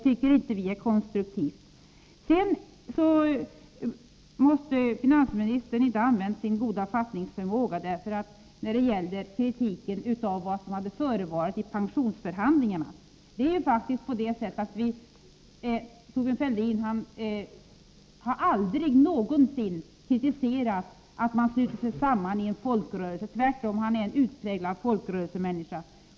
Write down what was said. Finansministern måtte inte ha använt sin goda fattningsförmåga när det gällde Thorbjörn Fälldins kritik av vad som hade förevarit i pensionsförhandlingarna. Thorbjörn Fälldin har aldrig någonsin kritiserat att man slutit sig samman i en folkrörelse — tvärtom; han är en utpräglad folkrörelsemänniska.